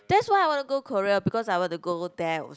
that's why I want to Korea because I want to go there